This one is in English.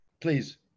please